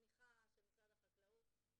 הם שגרירים של